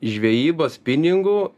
žvejyba spiningu